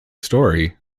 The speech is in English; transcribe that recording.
story